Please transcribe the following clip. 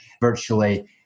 virtually